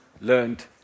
learned